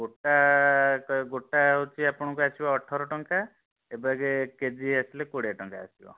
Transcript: ଗୋଟା ଗୋଟା ହେଉଛି ଆପଣଙ୍କୁ ଆସିବ ଅଠର ଟଙ୍କା ଏବାଗେ କେଜି ଆସିଲେ କୋଡ଼ିଏ ଟଙ୍କା ଆସିବ